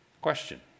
Question